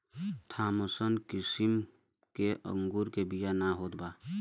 Thompson किसिम के अंगूर मे बिया ना होत बा